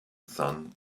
sun